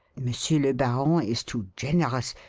monsieur le baron is too generous!